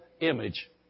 image